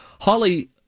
Holly